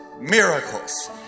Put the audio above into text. miracles